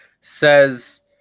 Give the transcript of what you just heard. Says